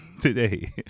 today